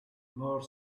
more